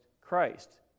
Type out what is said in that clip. Christ